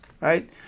right